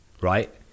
right